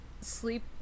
sleep